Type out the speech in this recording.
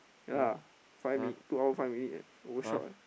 ya lah five minute two hour five minute eh overshot eh